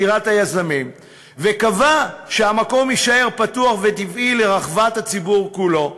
את עתירת היזמים וקבע שהמקום יישאר פתוח וטבעי לרווחת הציבור כולו.